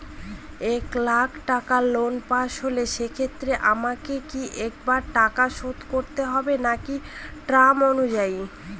এক লাখ টাকা loan pass হল সেক্ষেত্রে আমাকে কি একবারে টাকা শোধ করতে হবে নাকি টার্ম অনুযায়ী?